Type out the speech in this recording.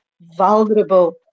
vulnerable